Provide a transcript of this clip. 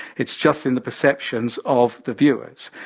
it's just in the perceptions of the viewers.